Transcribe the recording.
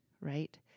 right